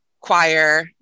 choir